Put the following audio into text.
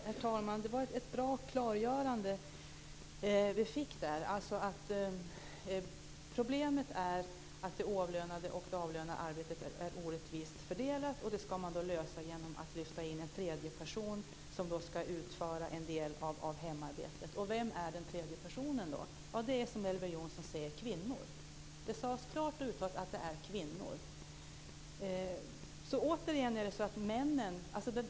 Herr talman! Det var ett bra klargörande vi fick, att problemet är att det oavlönade och det avlönade arbetet är orättvist fördelat och att man ska lösa det genom att lyfta in en tredje person som ska utföra en del av hemarbetet. Och vem är den tredje personen? Ja, det är som Elver Jonsson säger en kvinna. Det sades klart att det handlar om kvinnor.